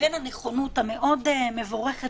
ובין הנכונות המאוד מבורכת